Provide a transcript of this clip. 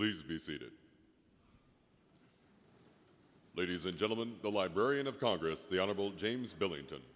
please be seated ladies and gentlemen the librarian of congress the honorable james billington